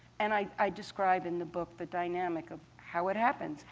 and i i describe in the book the dynamic of how it happens,